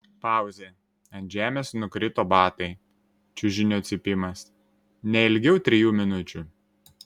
pauzė ant žemės nukrito batai čiužinio cypimas ne ilgiau trijų minučių